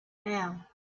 now